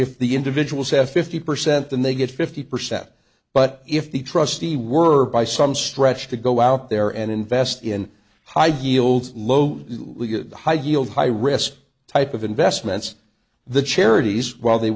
if the individuals have fifty percent then they get fifty percent but if the trustee were by some stretch to go out there and invest in high heels low high yield high risk type of investments the charities while they